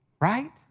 Right